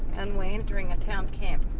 and we're entering a town camp.